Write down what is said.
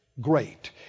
great